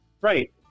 Right